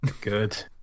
good